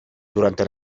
durante